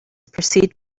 percieved